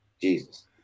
Jesus